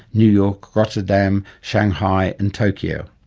new york, rotterdam, shanghai and tokyo.